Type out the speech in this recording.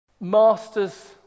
master's